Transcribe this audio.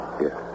Yes